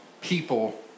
people